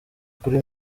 kuri